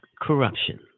corruption